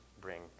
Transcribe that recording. bring